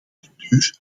cultuur